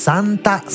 Santa